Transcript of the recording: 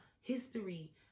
history